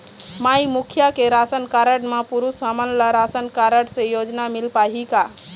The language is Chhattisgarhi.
माई मुखिया के राशन कारड म पुरुष हमन ला राशन कारड से योजना मिल पाही का?